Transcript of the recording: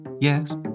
Yes